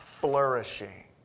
Flourishing